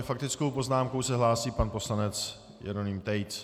S faktickou poznámkou se hlásí pan poslanec Jeroným Tejc.